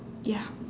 ya